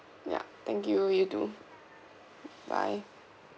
ya thank you you too bye